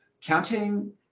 Counting